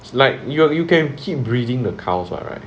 it's like you know you can keep breeding the cows lah right